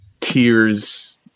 Tears